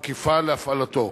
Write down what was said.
מקיפה להפעלתו.